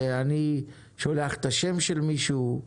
שאני שולח את השם של מישהו,